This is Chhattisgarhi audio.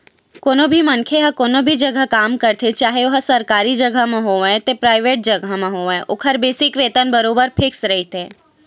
कोनो भी मनखे ह कोनो भी जघा काम करथे चाहे ओहा सरकारी जघा म होवय ते पराइवेंट जघा म होवय ओखर बेसिक वेतन बरोबर फिक्स रहिथे